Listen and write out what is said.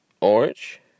Orange